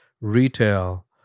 retail